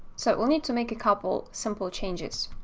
so we'll need to make a couple simple changes.